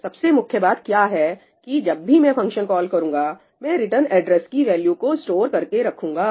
तो सबसे मुख्य बात किया है की जब भी मैं फंक्शन कॉल करूंगा मैं रिटर्न एड्रेस की वैल्यू को स्टोर करके रखूंगा